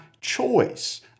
choice